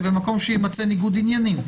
זה במקום שיימצא ניגוד עניינים.